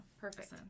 perfect